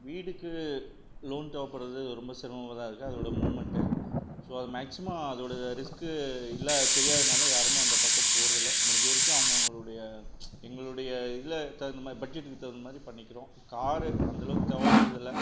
வீடுக்கு லோன் தேவைப்படுறது ரொம்ப சிரமமாதா இருக்கு அதோட மூமென்ட்டு ஸோ அது மேக்ஸிமம் அதோடைய ரிஸ்க்கு இல்லை தெரியாததினால யாரும் அந்த பக்கம் போகிறது இல்லை முடிஞ்ச வரைக்கும் அவங்க அவங்களுடைய எங்களுடைய இதில் தகுந்த மாதிரி பட்ஜெட்டுக்கு தகுந்த மாதிரி பண்ணிக்கிறோம் காரு அந்தளவுக்கு தேவைப்படுறது இல்லை